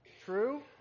True